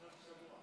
פרשת השבוע.